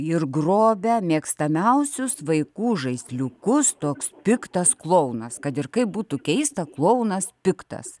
ir grobia mėgstamiausius vaikų žaisliukus toks piktas klounas kad ir kaip būtų keista klounas piktas